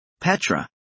Petra